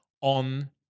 on